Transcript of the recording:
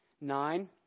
nine